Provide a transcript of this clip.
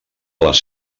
les